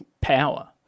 power